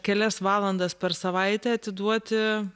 kelias valandas per savaitę atiduoti